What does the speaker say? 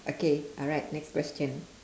okay alright next question